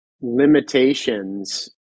limitations